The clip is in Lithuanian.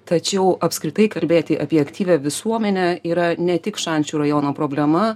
tačiau apskritai kalbėti apie aktyvią visuomenę yra ne tik šančių rajono problema